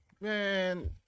man